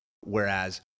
Whereas